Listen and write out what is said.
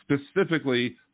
specifically